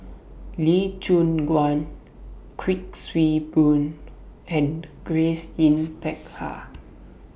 Lee Choon Guan Kuik Swee Boon and Grace Yin Peck Ha